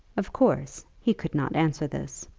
of course he could not answer this.